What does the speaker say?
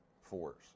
force